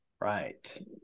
Right